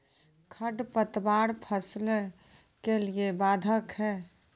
खडपतवार फसलों के लिए बाधक हैं?